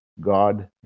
God